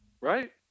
right